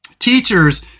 teachers